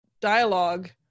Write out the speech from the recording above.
dialogue